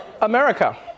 America